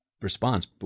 response